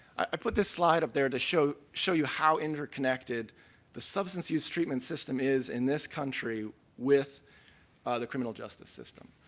i put this slide up there to show show you how interconnected the substance use treatment system is in this country with the criminal justice system.